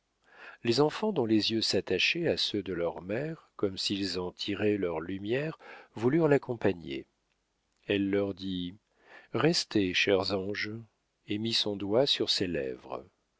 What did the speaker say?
les enfants dont les yeux s'attachaient à ceux de leur mère comme s'ils en tiraient leur lumière voulurent l'accompagner elle leur dit restez chers anges et mit son doigt sur ses lèvres